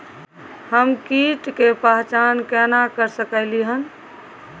हम कीट के पहचान केना कर सकलियै हन?